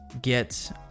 get